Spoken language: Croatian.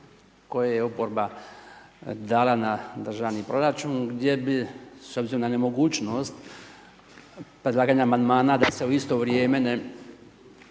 koje je oporba dala na državni proračun gdje bi, s obzirom na nemogućnost predlaganja Amandmana da se u isto vrijeme ne